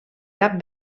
cap